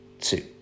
two